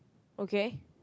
okay